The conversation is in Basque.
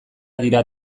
dira